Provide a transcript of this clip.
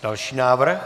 Další návrh.